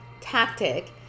tactic